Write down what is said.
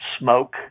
smoke